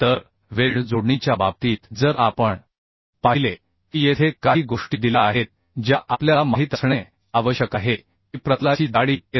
तर वेल्ड जोडणीच्या बाबतीत जर आपण पाहिले की येथे काही गोष्टी दिल्या आहेत ज्या आपल्याला माहित असणे आवश्यक आहे की प्रतलाची जाडी 13